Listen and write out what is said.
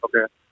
Okay